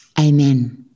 Amen